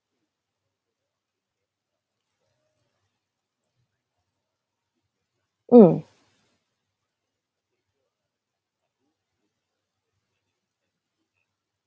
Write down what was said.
um